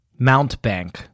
Mountbank